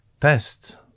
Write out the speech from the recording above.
tests